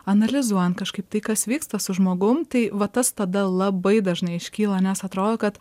analizuojant kažkaip tai kas vyksta su žmogum tai va tas tada labai dažnai iškyla nes atrodo kad